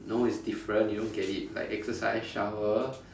no it's different you don't get it like exercise shower